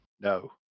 No